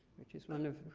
which is one, of